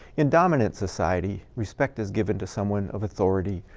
in dominant society, respect is given to someone of authority,